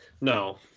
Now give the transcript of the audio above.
No